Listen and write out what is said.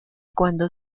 cuando